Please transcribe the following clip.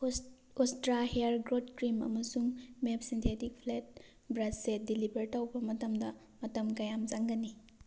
ꯎꯁꯇ꯭ꯔꯥ hair growth cream ꯑꯃꯁꯨꯡ ꯃꯦꯞ synthetic flat brush set deliver ꯇꯧꯕ ꯃꯇꯝꯗ ꯃꯇꯝ ꯀꯌꯥꯝ ꯆꯪꯒꯅꯤ